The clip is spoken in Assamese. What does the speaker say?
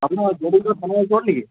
আপোনাৰ থানাৰ ওচৰত নেকি